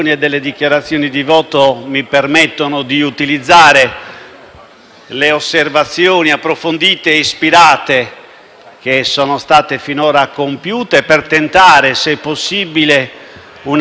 le osservazioni approfondite e ispirate che sono state fino ad ora avanzate, per tentare, se possibile, una sintesi del dibattito odierno,